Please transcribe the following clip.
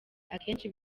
akenshi